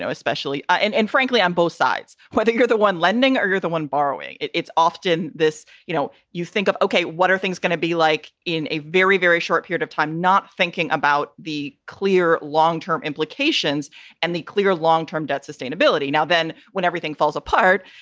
especially, and and frankly, on both sides. i think you're the one lending. you're the one borrowing. it's often this, you know, you think of, okay, what are things gonna be like in a very, very short period of time, not thinking about the clear long term implications and the clear long term debt sustainability. now, then when everything falls apart,